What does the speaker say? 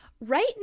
right